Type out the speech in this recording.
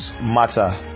matter